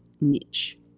niche